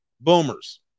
Boomers